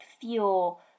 fuel